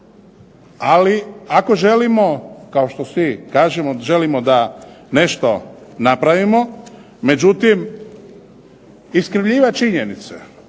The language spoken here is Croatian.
Ali ako želimo kao što svi kažemo želimo da nešto napravimo. Međutim, iskrivljivati činjenice,